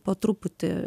po truputį